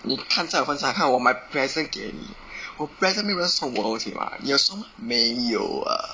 你看在我份上看我买 present 给你我 present 没有人送我而且 mah 你有 so many ah